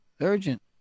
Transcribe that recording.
urgent